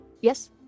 Yes